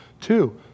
Two